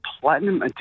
platinum